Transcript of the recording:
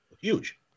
huge